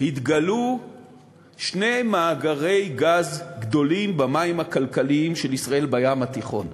התגלו שני מאגרי גז גדולים במים הכלכליים של ישראל בים התיכון: